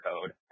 code